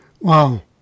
Wow